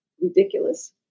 Ridiculous